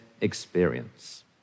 experience